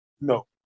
No